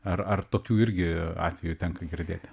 ar ar tokių irgi atvejų tenka girdėti